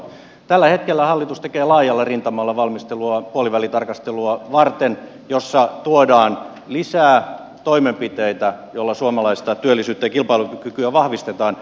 tällä hetkellä hallitus tekee laajalla rintamalla valmistelua puolivälitarkastelua varten jossa tuodaan lisää toimenpiteitä joilla suomalaista työllisyyttä ja kilpailukykyä vahvistetaan